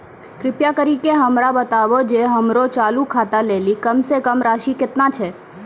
कृपा करि के हमरा बताबो जे हमरो चालू खाता लेली कम से कम राशि केतना छै?